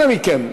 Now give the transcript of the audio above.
אנא מכם,